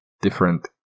different